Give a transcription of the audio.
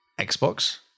Xbox